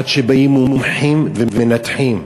עד שנהיים מומחים ומנתחים.